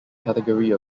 category